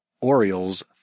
Orioles